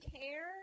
care